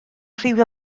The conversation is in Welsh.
rhyw